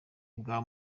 bwa